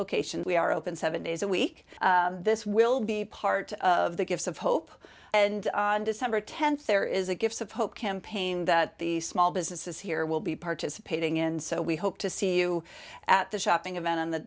locations we are open seven days a week this will be part of the gifts of hope and december th there is a gift of hope campaign that the small businesses here will be participating in so we hope to see you at the shopping event on